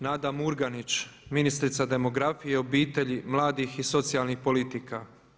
Nada Murganić, ministrica demografije, obitelji, mladih i socijalnih politika.